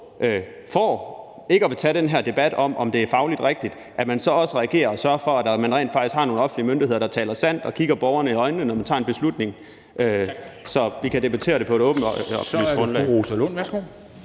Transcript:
byråd ikke vil tage den her debat om, om det er fagligt rigtigt, at man så også reagerer og sørger for, at man rent faktisk har nogle offentlige myndigheder, der taler sandt og kigger borgerne i øjnene, når man tager en beslutning, så vi kan debattere det på et åbent og oplyst grundlag.